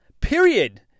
Period